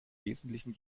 wesentlichen